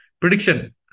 prediction